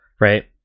right